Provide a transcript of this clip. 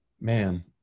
Man